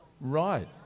Right